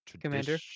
commander